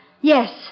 yes